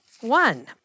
one